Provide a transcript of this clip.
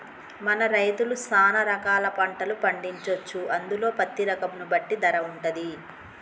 మన రైతులు సాన రకాల పంటలు పండించొచ్చు అందులో పత్తి రకం ను బట్టి ధర వుంటది